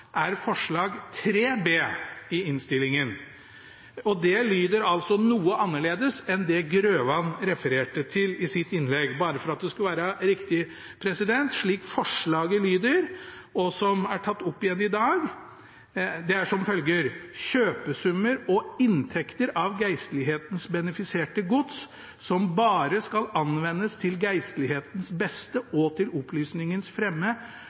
er forslag 3 B i innstillingen. Det lyder altså noe annerledes enn det som Grøvan refererte i sitt innlegg. Bare for at forslaget skal bli riktig – det som er tatt opp igjen i dag, lyder som følger: «Kjøpesummer og inntekter av geistlighetens benefiserte gods, som bare skal anvendes til geistlighetens beste og til opplysningens fremme,